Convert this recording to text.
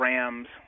Rams